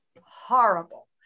horrible